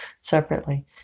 separately